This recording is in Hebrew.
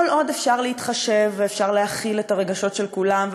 כל עוד אפשר להתחשב ואפשר להכיל את הרגשות של כולם,